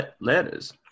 Letters